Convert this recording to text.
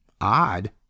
Odd